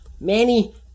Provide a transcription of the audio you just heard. Manny